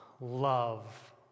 love